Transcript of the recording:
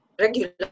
regular